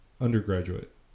undergraduate